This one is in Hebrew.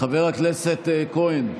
חבר הכנסת כהן,